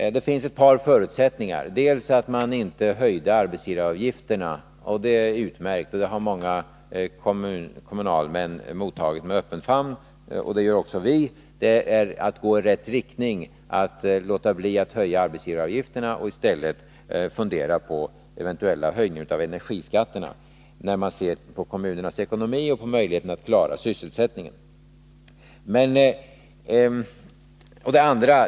Det finns ett par förutsättningar, varav den ena är att man inte höjde arbetsgivaravgifterna. Det är utmärkt. Det beskedet har många kommunalmän mottagit med öppen famn. Det gör också vi. Det är att gå i rätt riktning att låta bli att höja arbetsgivaravgifterna och i stället fundera på eventuella höjningar av energiskatterna vid bedömningen av kommunernas ekonomi och deras möjligheter att klara sysselsättningen.